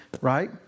right